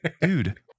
dude